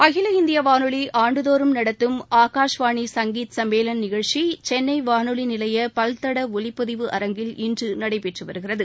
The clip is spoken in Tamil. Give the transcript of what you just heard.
அகில இந்திய வானொலி ஆண்டுதோறும் நடத்தும் ஆகாஷ்வாணி சங்கீத் சும்மேளன் நிகழ்ச்சி சென்னை வானொலி நிலைய பல்தட ஒலிப்பதிவு அரங்கில் இன்று நடைபெற்று வருகிறது